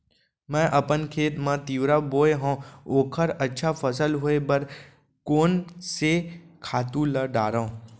मैं अपन खेत मा तिंवरा बोये हव ओखर अच्छा फसल होये बर कोन से खातू ला डारव?